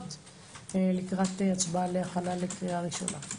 הסכמות אני מאוד מקווה לקראת הצבעה להכנה לקריאה ראשונה.